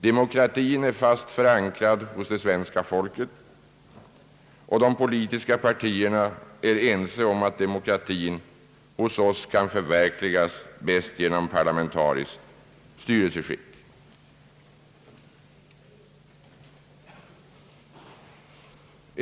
Demokratin är fast förankrad hos det svenska folket, och de politiska partierna är ense om att demokratin hos oss kan förverkligas bäst genom ett parlamentariskt styrelseskick.